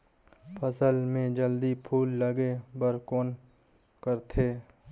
फसल मे जल्दी फूल लगे बर कौन करथे?